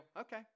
okay